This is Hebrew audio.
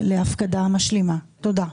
תודה.